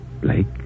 Blake